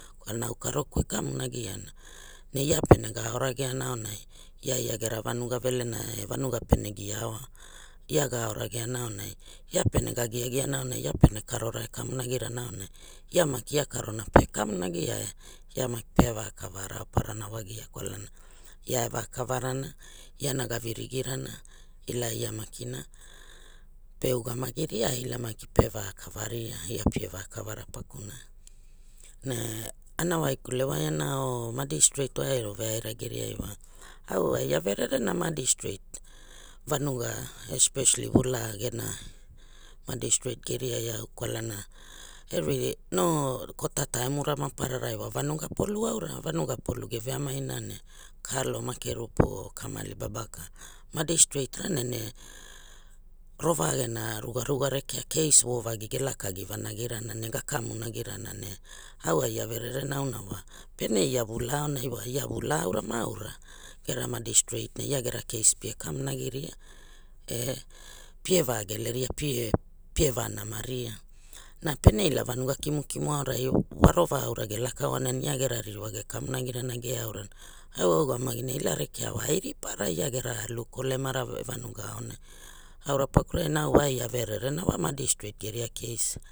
Kwalana au karoku e kamonagi ana ne ia pene ga ao rage ana auonai ia ia gia gera vanuga velena e vanuga peve gia aua ia ga ao rageana aunai ia pene ga giagia ne aunai ia pene karora e kamonagirana aonai ia maki ia karona pe kamonagia e ia maki pe vakavara raoparana wagia kwalana ia pe eua kavarana iana ga vigirirana ila e ia makina pe ugamagi e ila maki pe vakava ria ia pie vakavara pakunai ne ana waikule wai ana madistret or geriai wa au ai o vererena adistret vanuga especially vulaa geria madistreit geria eau kwalana every no kota taimura mapa rarai wa vanuga polu aura vanuga polu ge veamaina ne kalo, makerupu or kamali, babaka madistreit rana ve rova gena rugaruga rekea case vo vagi ge laka agi vanagi rana ne ga kamonagi rana ne au aia verereena auna wa pene ia vulaa aorai wa ia vulaa aura ma aura gera madistreit ne ia gera case pie kamonagi ia e pie va gelera pie va numeria pere ia vanuga kimukmu aurai wa rova aura ge laka oana ia gera ririwa ge kamonagi rana ge eau rana wa a ugamagina ila rekea wa ai ripura ia gera alu kolemara e vanuga aonai aura pakurai au wa averere na wa madistreit geria case.